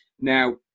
Now